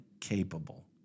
capable